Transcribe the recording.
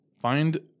Find